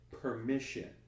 permission